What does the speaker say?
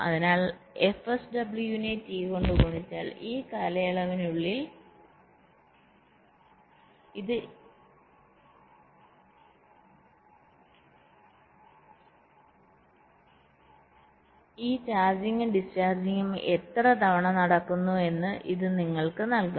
അതിനാൽ fSW നെ T കൊണ്ട് ഗുണിച്ചാൽ ഈ കാലയളവിനുള്ളിൽ ഈ ചാർജിംഗും ഡിസ്ചാർജിംഗും എത്ര തവണ നടക്കുന്നു എന്ന് ഇത് നിങ്ങൾക്ക് നൽകും